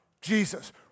Jesus